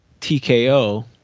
tko